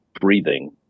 breathing